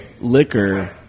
liquor